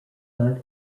not